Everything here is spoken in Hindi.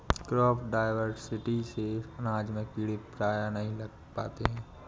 क्रॉप डायवर्सिटी से अनाज में कीड़े प्रायः नहीं लग पाते हैं